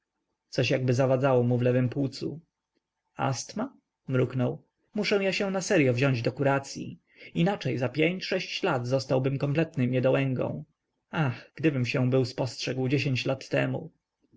marzycielem coś jakby zawadzało mu w lewem płucu astma mruknął muszę ja się na seryo wziąć do kuracyi inaczej za pięć sześć lat zostałbym kompletnym niedołęgą ach gdybym się był spostrzegł dziesięć lat temu